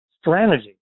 strategy